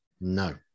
No